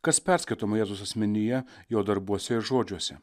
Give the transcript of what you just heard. kas perskaitoma jėzaus asmenyje jo darbuose ir žodžiuose